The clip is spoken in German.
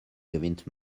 gewinnt